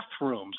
bathrooms